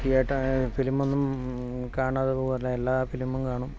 തിയേറ്റ ഫിലിമൊന്നും കാണാതെപോകാറില്ല എല്ലാ ഫിലിമും കാണും